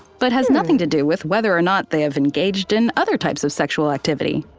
but has nothing to do with whether or not they have engaged in other types of sexual activity.